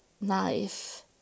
knife